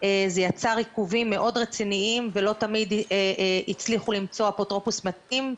זה יצר עיכובים מאוד רציניים ולא תמיד הצליחו למצוא אפוטרופוס מתאים,